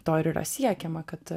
to ir yra siekiama kad